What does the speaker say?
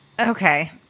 okay